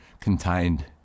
contained